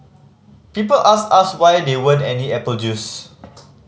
people asked us why there weren't any apple juice